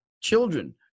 children